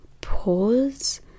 pause